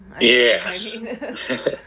Yes